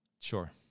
Sure